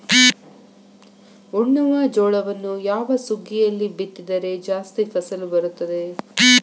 ಉಣ್ಣುವ ಜೋಳವನ್ನು ಯಾವ ಸುಗ್ಗಿಯಲ್ಲಿ ಬಿತ್ತಿದರೆ ಜಾಸ್ತಿ ಫಸಲು ಬರುತ್ತದೆ?